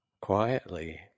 Quietly